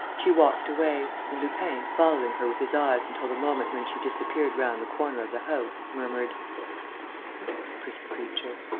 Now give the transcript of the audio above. she walked away and lupin, following her with his eyes until the moment when she disappeared round the corner of the house, murmured what a pretty creature!